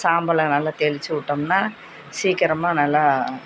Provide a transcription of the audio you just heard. சாம்பலை நல்லா தெளிச்சுவிட்டமுன்னா சீக்கிரமாக நல்லா